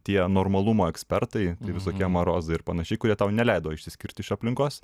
tie normalumo ekspertai tai visokie marozai ir panašiai kurie tau neleido išsiskirt iš aplinkos